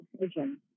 decision